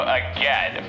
again